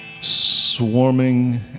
Swarming